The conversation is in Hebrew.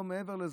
לא מעבר לזה.